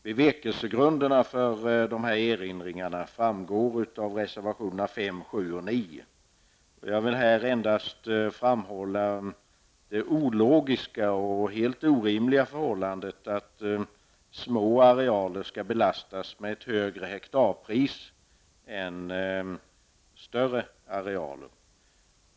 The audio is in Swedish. Bevekelsgrunderna för de här erinringarna framgår av reservationerna 5, 7 och 9. Jag vill här endast framhålla det ologiska och helt orimliga förhållandet att små arealer skall belastas med ett högre hektarpris än större arealer.